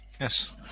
Yes